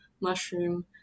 mushroom